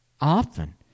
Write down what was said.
often